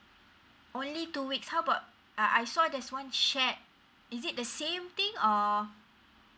only two weeks how about I saw there's one shared is it the same thing or